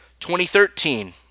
2013